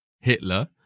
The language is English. Hitler